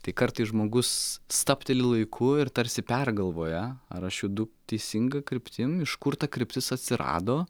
tai kartais žmogus stabteli laiku ir tarsi pergalvoja ar aš judu teisinga kryptim iš kur ta kryptis atsirado